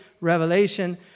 revelation